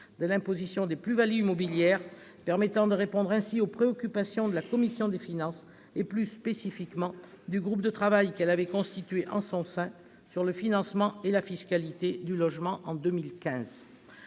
de l'imposition des plus-values immobilières permettant de répondre ainsi aux préoccupations de la commission des finances, et plus spécifiquement du groupe de travail que cette dernière avait constitué en son sein sur le financement et la fiscalité du logement en 2015.